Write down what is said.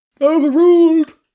Overruled